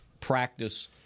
practice